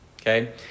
Okay